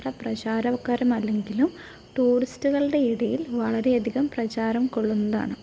അത്ര പ്രചാരകരം അല്ലെങ്കിലും ടൂറിസ്റ്റുകളുടെ ഇടയിൽ വളരെ അധികം പ്രചാരം കൊള്ളുന്നതാണ്